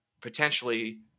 potentially